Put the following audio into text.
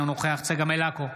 אינו נוכח צגה מלקו,